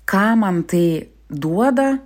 ką man tai duoda